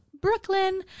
Brooklyn